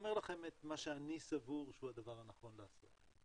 אומר לכם את מה שאני סבור שהוא הדבר הנכון לעשות.